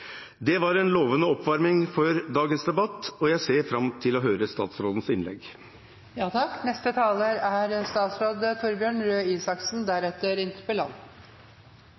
Det var en lovende oppvarming før dagens debatt, og jeg ser fram til å høre statsrådens innlegg. Takk til representanten Bøhler for nesten konsekvent gode spørsmål og interessante interpellasjoner. Det er